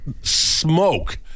smoke